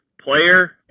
player